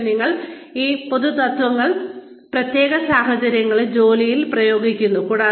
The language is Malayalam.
പക്ഷേ നിങ്ങൾ ഈ പൊതുതത്ത്വങ്ങൾ പ്രത്യേക സാഹചര്യങ്ങളിൽ ജോലിയിൽ പ്രയോഗിക്കുന്നു